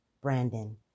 Brandon